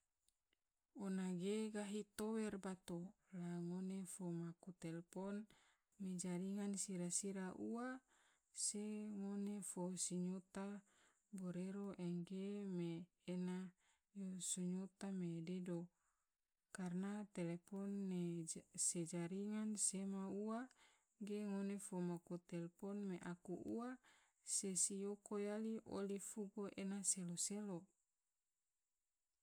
Ona ge gahi tower bato, la ngone fo maku telpon me jaringan sira sira ua, se ngone fo sinyota borero angge me ena yo sinyota me dedo, karana telpon ne se jaringan sema ua ge ngone fo maku telpon me aku ua, se sioko yali oli fugo ena selo selo.